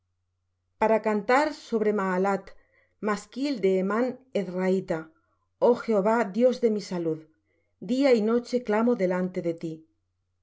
para cantar sobre mahalath masquil de hemán ezrahita oh jehová dios de mi salud día y noche clamo delante de ti